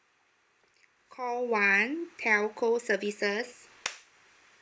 call one telco services